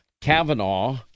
Kavanaugh